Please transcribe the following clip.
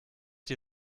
die